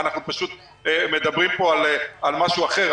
אנחנו פשוט מדברים פה על משהו אחר,